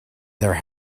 their